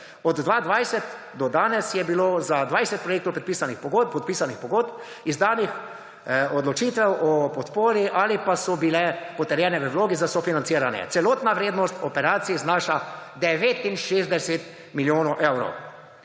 Od 2020 do danes je bilo za 20 projektov podpisanih pogodb, izdanih odločitev o podpori ali pa so bile potrjene v vlogi za sofinanciranje. Celotna vrednost operacij znaša 69 milijonov evrov.